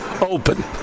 open